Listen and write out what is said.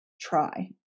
try